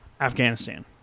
Afghanistan